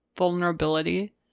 vulnerability